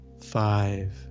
five